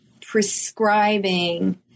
prescribing